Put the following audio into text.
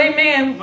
Amen